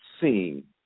seen